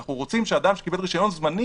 אנחנו רוצים אדם שקיבל רישיון זמני